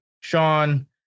Sean